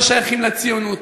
לא שייכים לציונות,